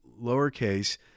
lowercase